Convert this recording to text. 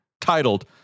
titled